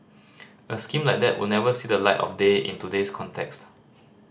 a scheme like that would never see the light of day in today's context